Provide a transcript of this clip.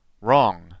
Wrong